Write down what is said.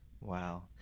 Wow